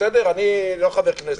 אני לא חבר כנסת,